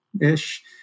ish